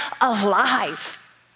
alive